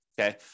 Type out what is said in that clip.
okay